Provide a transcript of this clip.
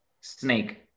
Snake